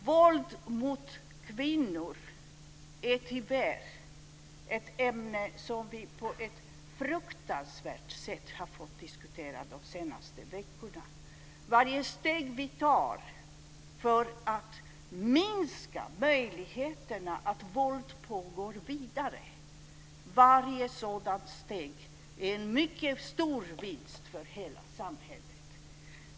Våld mot kvinnor är tyvärr ett ämne som vi på ett fruktansvärt sätt har fått diskutera under de senaste veckorna. Varje steg vi tar för att minska möjligheterna för att våldet fortsätter är en mycket stor vinst för hela samhället.